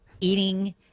eating